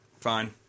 fine